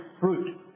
fruit